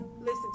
listen